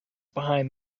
behind